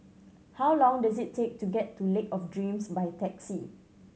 how long does it take to get to Lake of Dreams by taxi